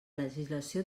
legislació